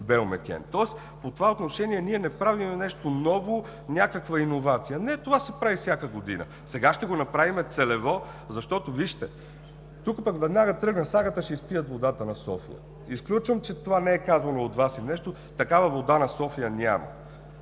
„Белмекен“, тоест по това отношение ние не правим нещо ново, някаква иновация. Не, това се прави всяка година. Сега ще го направим целево. Защото, вижте, тук пък веднага тръгна сагата: ще изпият водата на София. Изключвам, че това не е казвано от Вас или нещо, но такава вода на София няма.